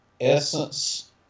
essence